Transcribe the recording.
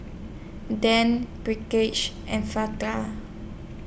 Dean and